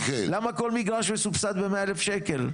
למה כל מגרש מסובסד ב-100,000 שקלים.